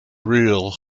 real